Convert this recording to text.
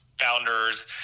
founders